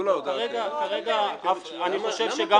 אני חושב שגם